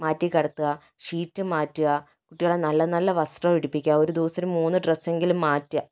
മാറ്റി കിടത്തുക ഷീറ്റ് മാറ്റുക കുട്ടികളെ നല്ല നല്ല വസ്ത്രം ഉടുപ്പിക്കുക ഒര് ദിവസം മൂന്ന് ഡ്രസ്സെങ്കിലും മാറ്റുക